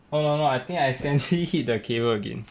no no no I think I accidentally hit the cable again